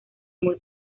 muy